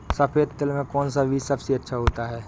सफेद तिल में कौन सा बीज सबसे अच्छा होता है?